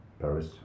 Paris